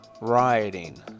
rioting